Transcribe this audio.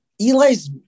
Eli's